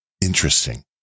Interesting